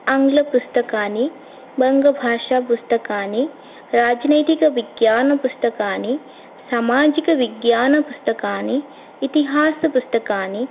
आङ्ग्लपुस्तकानि बङ्गभाषापुस्तकानि राजनैतिकविज्ञानपुस्तकानि सामाजिकविज्ञानपुस्तकानि इतिहासपुस्तकानि